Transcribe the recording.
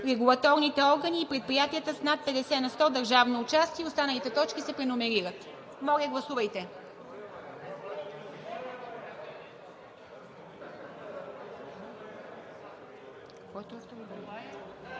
регулаторните органи и предприятията с над 50 на сто държавно участие“. Останалите точки се преномерират. Моля, гласувайте.